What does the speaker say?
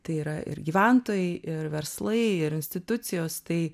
tai yra ir gyventojai ir verslai ir institucijos tai